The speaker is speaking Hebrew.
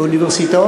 באוניברסיטאות.